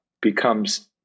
becomes